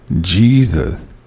Jesus